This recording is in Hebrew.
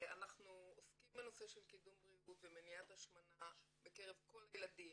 ואנחנו עוסקים בנושא של קידום בריאות ומניעת השמנה בקרב כל הילדים.